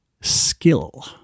skill